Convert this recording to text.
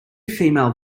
female